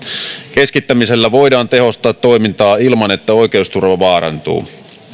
keskittämisellä voidaan tehostaa toimintaa ilman että oikeusturva vaarantuu